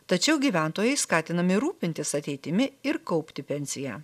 tačiau gyventojai skatinami rūpintis ateitimi ir kaupti pensiją